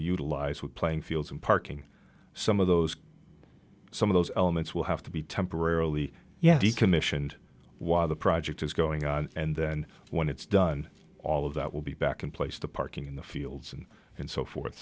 utilized with playing fields and parking some of those some of those elements will have to be temporarily yeah decommissioned while the project is going on and then when it's done all of that will be back in place the parking in the fields and and so forth